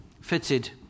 fitted